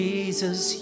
Jesus